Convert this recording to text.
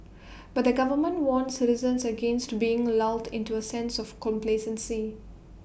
but the government warned citizens against being lulled into A sense of complacency